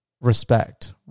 respect